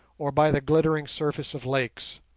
or by the glittering surface of lakes.